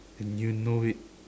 and you know it